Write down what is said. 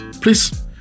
please